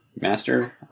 master